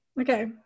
Okay